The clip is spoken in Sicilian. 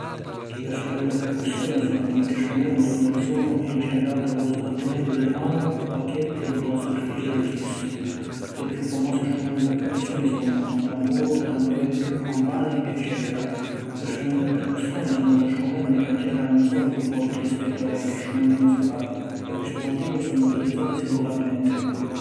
Li strumenti a percussioni sunnu chiddi strumenti unni lu sonu è generatu cu lu sbattimentu di li manu o bacchetti ni la superfici di lu stissu. Li chiù famosi strumenti a percussioni sunnu: Tamburu, Tammureddu, Campani eccètera. Li strumenti a percussioni sunnu li strumenti ca generanu un sonu chiù forti rispettu a li àutri strumenti musicali e pi stu motivu sunnu utilizzati singularmenti.